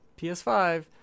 PS5